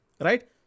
right